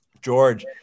George